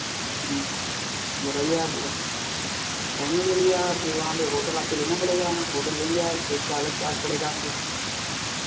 बताइए आप और रहने के लिए आप वहाँ पे होटल आपको लेना पड़ेगा होटल लेंगे आप तो उसका अलग चार्ज़ पड़ेगा आपको